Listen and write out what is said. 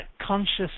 conscious